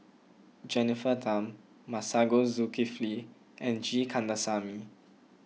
Jennifer Tham Masagos Zulkifli and G Kandasamy